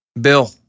Bill